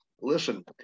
listen